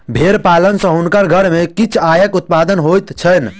भेड़ पालन सॅ हुनकर घर में किछ आयक उत्पादन होइत छैन